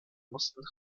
mussten